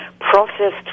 processed